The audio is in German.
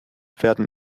werden